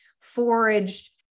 foraged